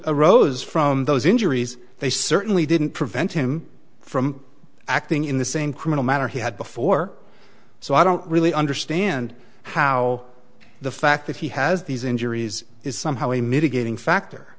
rose from those injuries they certainly didn't prevent him from acting in the same criminal matter he had before so i don't really understand how the fact that he has these injuries is somehow a mitigating factor